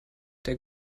der